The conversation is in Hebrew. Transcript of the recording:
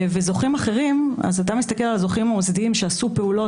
אתה מסתכל על זוכים מוסדיים שעשו פעולות,